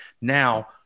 Now